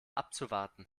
abzuwarten